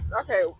Okay